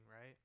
right